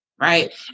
right